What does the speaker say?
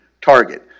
target